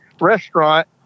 restaurant